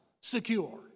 secure